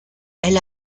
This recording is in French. elle